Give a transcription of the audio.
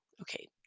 Okay